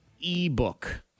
e-book